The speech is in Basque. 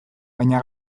baina